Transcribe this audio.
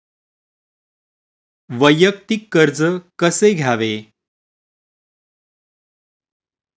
वैयक्तिक कर्ज कसे घ्यावे?